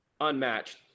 unmatched